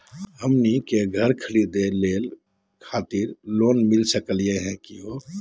हमनी के घर खरीदै खातिर लोन मिली सकली का हो?